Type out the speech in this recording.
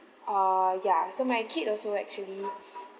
uh ya so my kids also actually